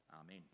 Amen